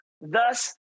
thus